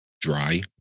dry